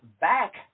back